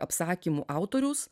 apsakymų autoriaus